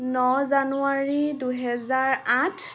ন জানুৱাৰী দুই হেজাৰ আঠ